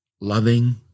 loving